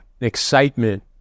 excitement